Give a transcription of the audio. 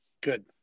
Good